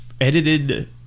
edited